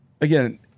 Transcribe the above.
again